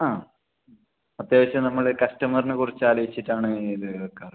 ആ അത്യാവശ്യം നമ്മൾ കസ്റ്റമറിനെ കുറിച്ച് ആലോചിച്ചിട്ടാണ് ഇത് വയ്ക്കാറ്